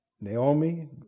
Naomi